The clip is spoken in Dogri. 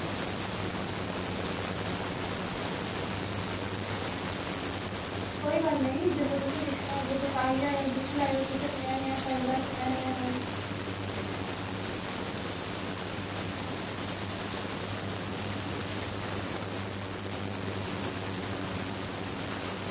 कोई गल्ल निं जेल्लै तुस दिक्खनै गी औगेओ ओह् दिक्खी लैएओ तुसें कनेहा नेहा चाहिदा कनेहा नेहा नेईं